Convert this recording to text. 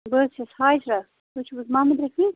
بہٕ حظ چھَس حاجِرا تُہۍ چھِو حظ محمد رٔفیٖق